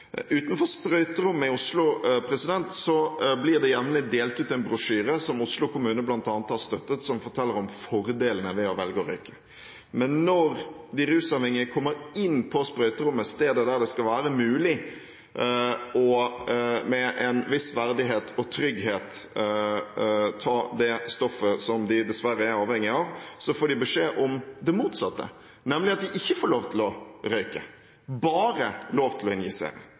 Utenfor sprøyterommet i Oslo blir det jevnlig delt ut en brosjyre, som Oslo kommune bl.a. har støttet, som forteller om fordelene ved å velge å røyke. Men når de rusavhengige kommer inn på sprøyterommet, stedet der det skal være mulig med en viss verdighet og trygghet å ta det stoffet som de dessverre er avhengig av, får de beskjed om det motsatte, nemlig at de ikke får lov til å røyke, bare lov til å